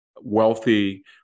wealthy